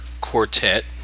quartet